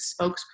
spokesperson